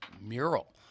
mural